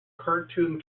cartoon